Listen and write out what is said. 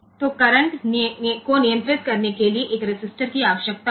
तो करंट को नियंत्रित करने के लिए एक रेसिस्टर की आवश्यकता होगी